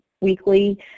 weekly